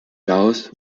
laos